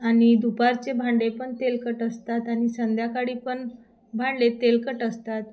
आणि दुपारचे भांडे पण तेलकट असतात आणि संध्याकाळी पण भांडे तेलकट असतात